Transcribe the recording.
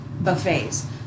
buffets